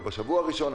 לא בשבוע הראשון,